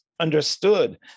understood